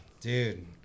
Dude